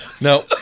No